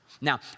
Now